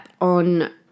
on